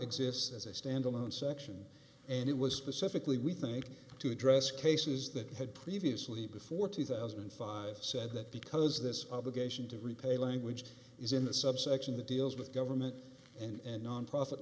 exists as a standalone section and it was specifically we think to address cases that had previously before two thousand and five said that because this obligation to repay language is in a subsection that deals with government and nonprofit